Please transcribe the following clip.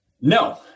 No